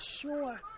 sure